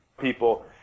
people